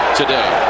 today